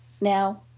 now